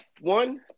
one